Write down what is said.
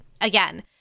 Again